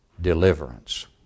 deliverance